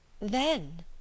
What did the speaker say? Then